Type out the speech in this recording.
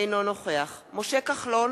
אינו נוכח משה כחלון,